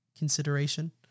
Consideration